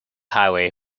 highway